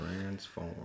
transform